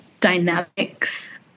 dynamics